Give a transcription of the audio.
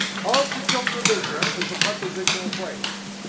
of the children of israel is a prepositional phrase,